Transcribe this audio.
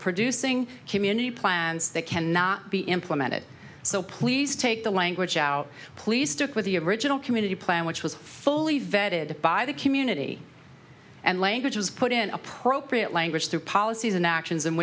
producing community plans that cannot be implemented so please take the language out please stick with the original community plan which was fully vetted by the community and language was put in appropriate language to policies and actions